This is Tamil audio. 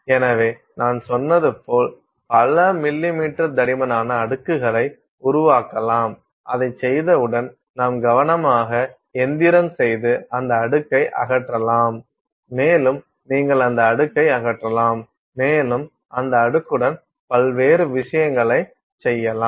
எனவே நான் சொன்னது போல் பல மில்லிமீட்டர் தடிமனான அடுக்குகளை உருவாக்கலாம் அதைச் செய்தவுடன் நாம் கவனமாக இயந்திரம் செய்து அந்த அடுக்கை அகற்றலாம் மேலும் நீங்கள் அந்த அடுக்கை அகற்றலாம் மேலும் அந்த அடுக்குடன் பல்வேறு விஷயங்களைச் செய்யலாம்